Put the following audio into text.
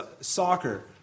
soccer